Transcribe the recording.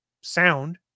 sound